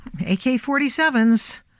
AK-47s